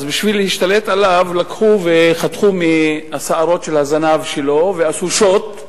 וכדי להשתלט עליו לקחו וחתכו משערות הזנב שלו ועשו שוט,